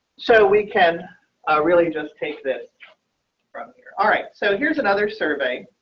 so we can really just take this from here. alright, so here's another survey.